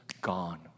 gone